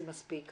זה מספיק.